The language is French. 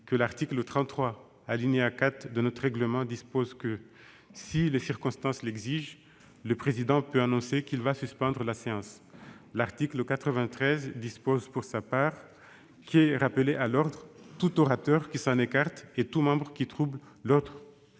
de l'article 33, alinéa 4, de notre règlement :« Si les circonstances l'exigent, le président peut annoncer qu'il va suspendre la séance. » L'article 93, alinéa 2, dispose pour sa part :« Est rappelé à l'ordre tout orateur qui s'en écarte et tout membre qui trouble l'ordre